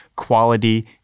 quality